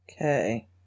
Okay